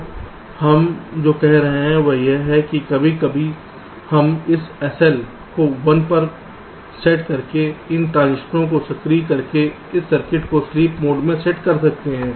तो हम जो कह रहे हैं वह यह है कि कभी कभी हम इस SL को 1 पर सेट करके इन ट्रांजिस्टर को सक्रिय करके इस सर्किट को स्लीप मोड में सेट कर सकते हैं